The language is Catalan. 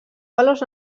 valors